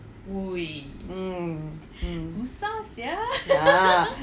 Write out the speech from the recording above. mm mm ya